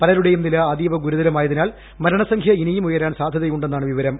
പലരുടെയും നില അതീവ ഗുരുതരമായതിനാൽ മരണസംഖ്യ ഇനിയും ഉയരാൻ സാധ്യതയുണ്ടെന്നാണ് വിവരം